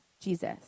Jesus